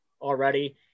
already